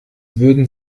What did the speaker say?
würden